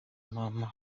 mama